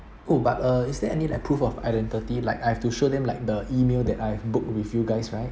oh but uh is there any like proof of identity like I have to show them like the email that I book with you guys right